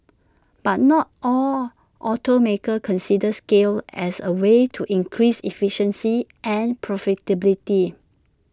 but not all automakers consider scale as A way to increased efficiency and profitability